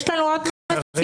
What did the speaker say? יש לנו עוד משימות.